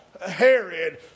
Herod